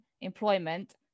employment